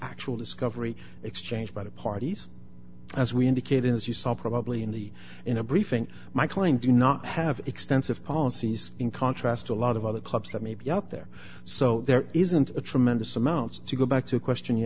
actual discovery exchanged by the parties as we indicated as you saw probably in the in a briefing my claim do not have extensive policies in contrast to a lot of other clubs that may be out there so there isn't a tremendous amount to go back to a question you